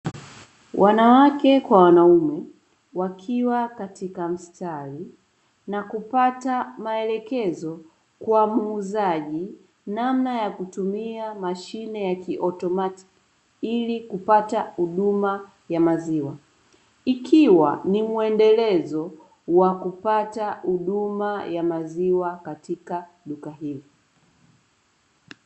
Wanawake kwa wanaume wakiwa katika mstari na kupata maelekezo kwa muuzaji namna ya kutumia mashine ya kiautomatiki, ili kupata huduma ya maziwa, ikiwa ni mwendelezo wa kupata huduma ya maziwa katika duka hilo.